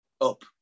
up